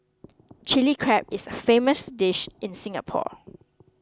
Chilli Crab is a famous dish in Singapore